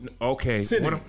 Okay